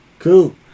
Cool